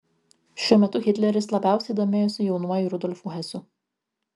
šiuo metu hitleris labiausiai domėjosi jaunuoju rudolfu hesu